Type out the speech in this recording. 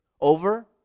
over